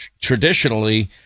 traditionally